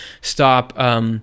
stop